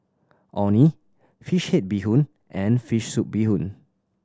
Orh Nee fish head bee hoon and fish soup bee hoon